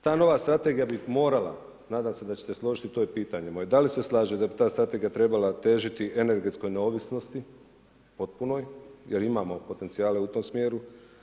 Ta nova strategija bi morala, nadam se da ćete složiti i to je pitanje moje, da li se slažete da bi ta strategija trebala težiti energetskoj neovisnosti potpunoj, jer imamo potencijale u tom smjeru?